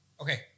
Okay